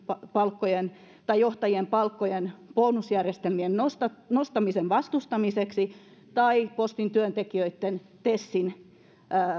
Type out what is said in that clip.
johtajien palkkojen bonusjärjestelmien nostamisen nostamisen vastustamiseksi tai postin työntekijöitten tesin